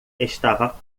estava